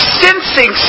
sensing